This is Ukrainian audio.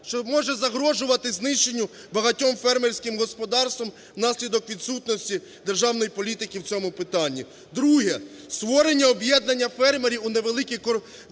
що може загрожувати знищенню багатьом фермерським господарствам внаслідок відсутності державної політики в цьому питанні. Друге. Створення об'єднання фермерів у невеликі